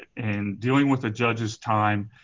and dealing with the judge's time.